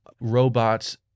robots